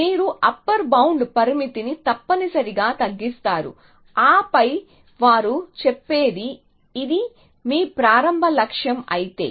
మీరు upper bound పరిమితిని తప్పనిసరిగా తగ్గిస్తారు ఆపై వారు చెప్పేది ఇది మీ ప్రారంభ లక్ష్యం అయితే